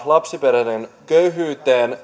lapsiperheiden köyhyyteen